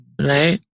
Right